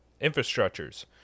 infrastructures